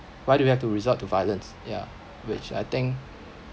why do you have to resort to violence ya which I think